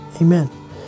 amen